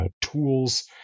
tools